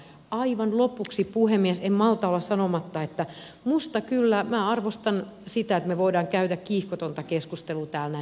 aivan lopuksi puhemies en malta olla sanomatta että minä arvostan sitä että me voimme käydä kiihkotonta keskustelua täällä näistä säästöistä